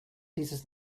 dieses